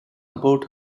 about